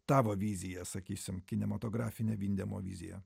tavo viziją sakysime kinematografinę vindemo viziją